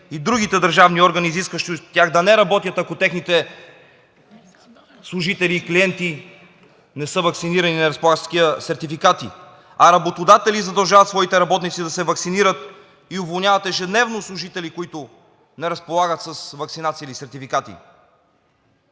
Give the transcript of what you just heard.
и другите държавни органи, изискващи от тях да не работят, ако техните служители и клиенти не са ваксинирани и не разполагат с такива сертификати, а работодатели задължават своите работници да се ваксинират и уволняват ежедневно служители, които не разполагат с ваксинация или сертификати.